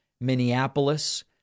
Minneapolis